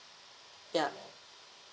ya